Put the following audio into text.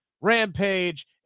Rampage